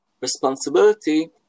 responsibility